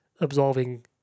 absolving